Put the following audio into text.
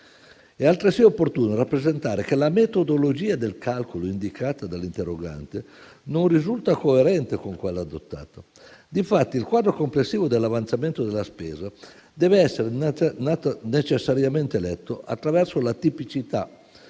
È altresì opportuno rappresentare che la metodologia del calcolo indicata dall'interrogante non risulta coerente con quella adottata. Difatti, il quadro complessivo dell'avanzamento della spesa deve essere necessariamente letto attraverso la tipicità